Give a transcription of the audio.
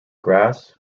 grass